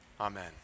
amen